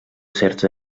certs